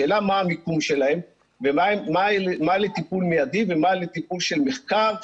השאלה מה המיקום שלהם ומה לטיפול מיידי ומה לטיפול של מחקר,